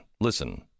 Listen